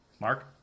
Mark